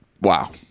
wow